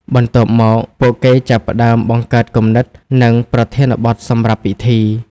បន្ទាប់មក ពួកគេចាប់ផ្តើមបង្កើតគំនិត និងប្រធានបទសម្រាប់ពិធី។